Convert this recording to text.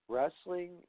Wrestling